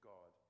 God